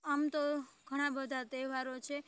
આમ તો ઘણા બધા તહેવારો છે